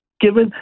given